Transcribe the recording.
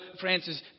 Francis